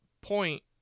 point